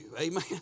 Amen